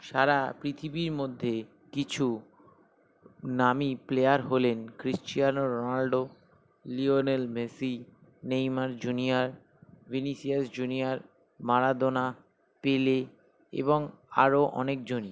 সারা পৃথিবীর মধ্যে কিছু নামী প্লেয়ার হলেন Cristiano Ronaldo Lionel Messi Neymar junior Vinicius junior Maradona Pele এবং আরও অনেকজনই